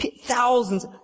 Thousands